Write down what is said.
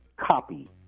copy